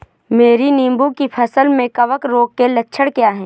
मेरी नींबू की फसल में कवक रोग के लक्षण क्या है?